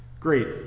Great